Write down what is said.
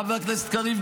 חבר הכנסת קריב,